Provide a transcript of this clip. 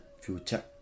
future